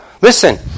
Listen